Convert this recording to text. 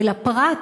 ולפרט